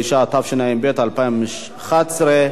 אכן, בעד, 18,